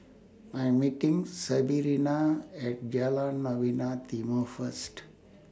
I Am meeting Sebrina At Jalan Novena Timor First